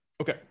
Okay